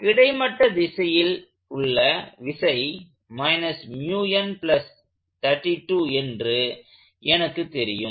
கிடைமட்ட திசையிலுள்ள விசைஎன்று எனக்கு தெரியும்